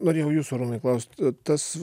norėjau jūsų arūnai klaust tas